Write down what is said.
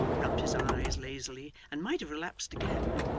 rubbed his eyes lazily and might have relapsed again,